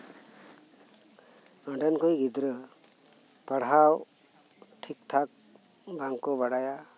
ᱚᱸᱰᱮᱱ ᱠᱚ ᱜᱤᱫᱽᱨᱟᱹ ᱯᱟᱲᱦᱟᱣ ᱴᱷᱤᱠᱼᱴᱷᱟᱠ ᱵᱟᱝᱠᱚ ᱵᱟᱲᱟᱭᱟ